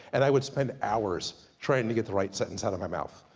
and i would spend hours, trying to get the right sentence out of my mouth.